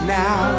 now